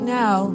now